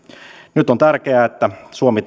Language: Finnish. nyt on tärkeää että suomi